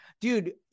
Dude